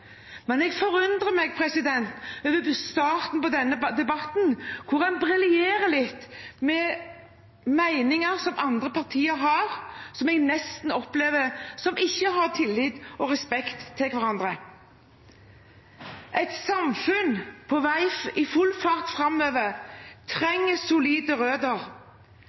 men jeg forundrer meg over starten på denne debatten, der en briljerer litt med meninger som andre partier har, noe jeg nesten opplever som ikke å ha tillit til og respekt for hverandre. Et samfunn på vei i full fart framover trenger solide